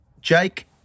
Jake